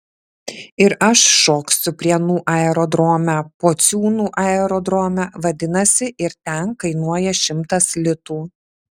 ir aš šoksiu prienų aerodrome pociūnų aerodrome vadinasi ir ten kainuoja šimtas litų